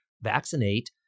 vaccinate